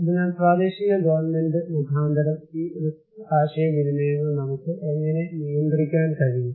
അതിനാൽ പ്രാദേശിക ഗവൺമെൻറ് മുഖാന്തരം ഈ റിസ്ക് ആശയവിനിമയങ്ങൾ നമുക്ക് എങ്ങനെ നിയന്ത്രിക്കാൻ കഴിയും